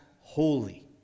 holy